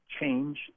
Change